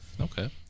Okay